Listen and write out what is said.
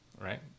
right